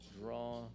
draw